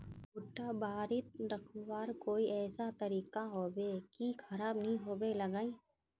भुट्टा बारित रखवार कोई ऐसा तरीका होबे की खराब नि होबे लगाई?